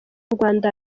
rwanda